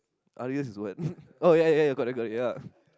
R_E_S is what oh ya ya ya correct correct ya